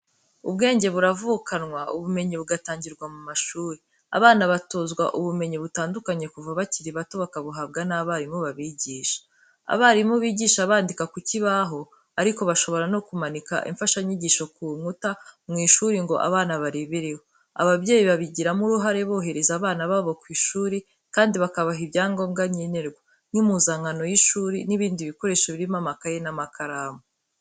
Ubwenge buravukanwa, ubumenyi bugatangirwa mu mashuri. Abana batozwa ubumenyi butandukanye kuva bakiri bato, bakabuhabwa n'abarimu babigisha. Abarimu bigisha bandika ku kibaho, ariko bashobora no kumanika imfashanyigisho ku nkuta mu ishuri ngo abana barebereho. Ababyeyi babigiramo uruhare bohereza abana babo ku ishuri kandi bakabaha ibyangombwa nkenerwa, nk'impuzankano y'ishuri n'ibindi bikoresho birimo amakayi n'amakaramu.